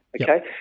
Okay